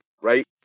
right